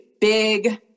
big